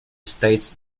states